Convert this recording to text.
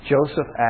Joseph